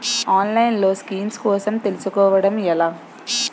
ఆన్లైన్లో స్కీమ్స్ కోసం తెలుసుకోవడం ఎలా?